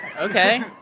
Okay